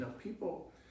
people